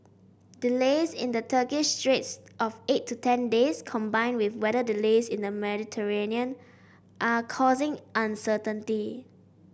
delays in the Turkish straits of eight to ten days combined with weather delays in the Mediterranean are causing uncertainty